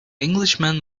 englishman